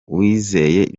uwizeye